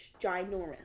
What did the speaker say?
Ginormous